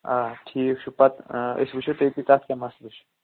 آ ٹھیٖک چھُ پَتہٕ أسۍ وُچھو تٔتی تَتھ کیٛاہ مَسلہٕ چھُ